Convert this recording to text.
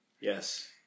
Yes